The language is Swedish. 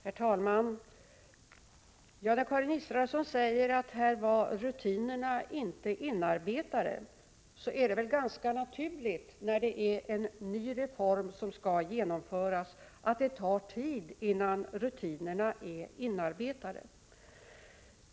Herr talman! Karin Israelsson säger att rutinerna inte var inarbetade. Det är väl emellertid ganska naturligt att det tar tid innan rutinerna blir inarbetade när det är en ny reform som skall genomföras.